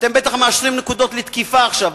אתם בטח מאשרים נקודות לתקיפה עכשיו,